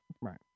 Right